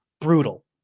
brutal